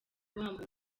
umuntu